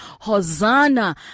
Hosanna